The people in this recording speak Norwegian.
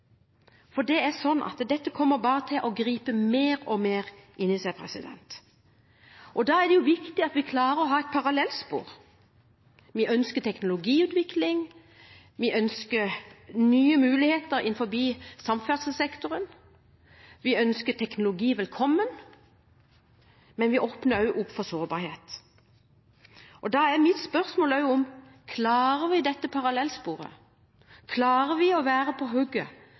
For det er sånn at dette kommer bare til å bli gripe mer og mer om seg. Da er det viktig at vi klarer å ha et parallellspor. Vi ønsker teknologiutvikling. Vi ønsker nye muligheter innenfor samferdselssektoren. Vi ønsker teknologi velkommen, men vi åpner også opp for sårbarhet. Da er mitt spørsmål: Klarer vi dette parallellsporet? Klarer vi å være på